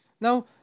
now